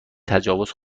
تجاوز